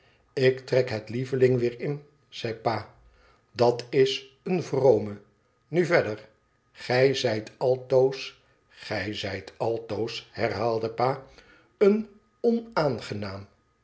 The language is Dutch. ik trek het t lievelmg weer in zei pa dat s een vrome nu verder gij zijt altoos gij zijt altoos herhaalde pa en